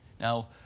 Now